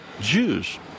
Jews